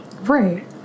right